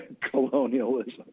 colonialism